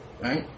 right